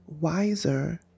wiser